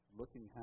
looking